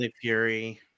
fury